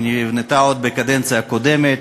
היא נבנתה עוד בקדנציה הקודמת,